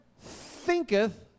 thinketh